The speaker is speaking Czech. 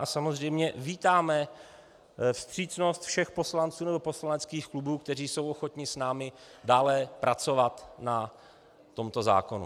Samozřejmě vítáme vstřícnost všech poslanců nebo poslaneckých klubů, kteří jsou ochotni s námi dále pracovat na tomto zákoně.